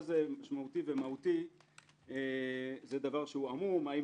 מה זה משמעותי ומהותי זה דבר עמום - האם